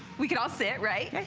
we can all sit, right?